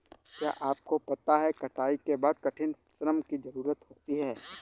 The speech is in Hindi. क्या आपको पता है कटाई के बाद कठिन श्रम की ज़रूरत होती है?